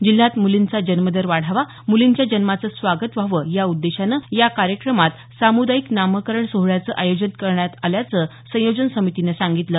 जिल्ह्यात मुलिंचा जन्म दर वाढावा मुलिंच्या जन्माचं स्वागत व्हावं या उद्देशानं या कार्यक्रमात सामुदायिक नामकरण सोहळ्याचं आयोजन करण्यात आल्याच संयोजन समितीनं सांगितलं